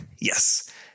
Yes